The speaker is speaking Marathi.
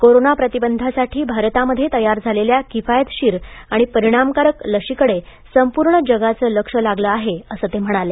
कोरोना प्रतिबंधासाठी भारतामध्ये तयार झालेल्या किफायतशीर आणि परिणामकारक लशीकडे संपूर्ण जगाचे लक्ष लागलं आहे असं ते म्हणाले